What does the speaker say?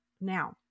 Now